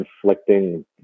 conflicting